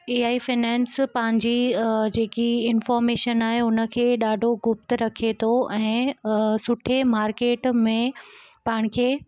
AI finance पंहिंजी जेकी information आहे उन खे ॾाढो गुप्त रखे थो ऐं सुठे मार्केट में पाण खे